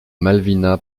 malvina